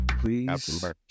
Please